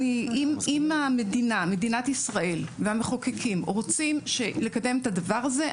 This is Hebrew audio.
אם מדינת ישראל והמחוקקים רוצים לקדם את הדבר הזה,